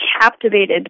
captivated